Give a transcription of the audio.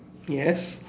yes